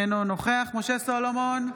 אינו נוכח משה סולומון,